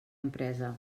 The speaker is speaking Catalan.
empresa